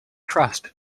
trust